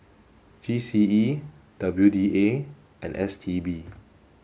G C E W D A and S T B